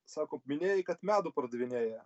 sako minėjai kad medų pardavinėja